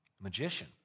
magician